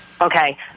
Okay